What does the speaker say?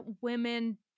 women